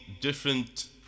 different